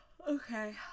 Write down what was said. Okay